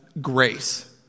grace